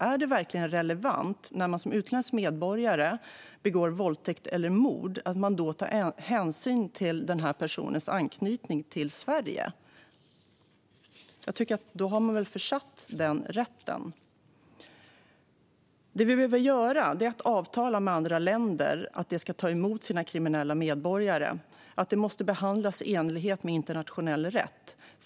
Är det verkligen relevant när en utländsk medborgare begår våldtäkt eller mord att ta hänsyn till personens anknytning till Sverige? Då har man väl förverkat den rätten, tycker jag. Det vi behöver göra är att avtala med andra länder att de ska ta emot sina kriminella medborgare och att dessa måste behandlas i enlighet med internationell rätt.